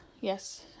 yes